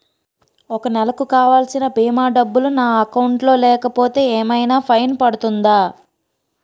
ఒక నెలకు కావాల్సిన భీమా డబ్బులు నా అకౌంట్ లో లేకపోతే ఏమైనా ఫైన్ పడుతుందా?